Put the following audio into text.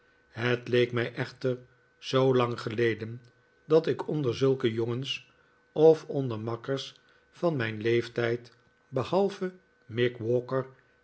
het leek mij echter zoo lang geleden dat ik onder zulke jongens of onder makkers van mijn leeftijd behalve